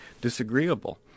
disagreeable